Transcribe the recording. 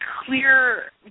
clear